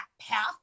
path